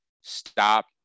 stop